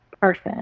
person